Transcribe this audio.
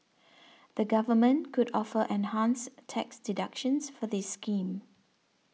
the government could offer enhanced tax deductions for this scheme